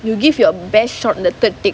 you give your best shorten the the dick